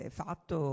fatto